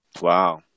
Wow